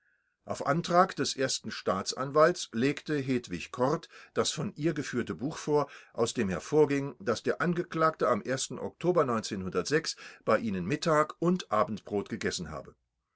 auf antrag des ersten staatsanwalts legte hedwig kort das von ihr geführte buch vor aus dem hervorging daß der angeklagte am oktober bei ihnen mittag und abendbrot gegessen habe